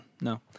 no